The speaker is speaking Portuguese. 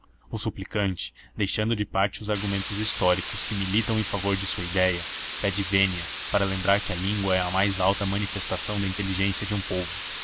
o suplicante deixando de parte os argumentos históricos que militam em favor de sua idéia pede vênia para lembrar que a língua é a mais alta manifestação da inteligência de um povo